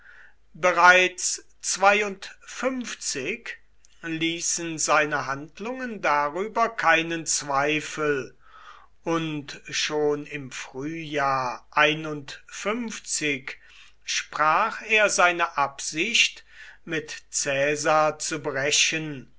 bereits ließen seine handlungen darüber keinen zweifel und schon im frühjahr sprach er seine absicht mit caesar zu brechen